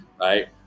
right